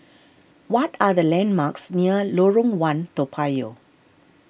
what are the landmarks near Lorong one Toa Payoh